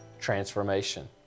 transformation